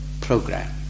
program